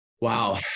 Wow